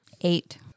Eight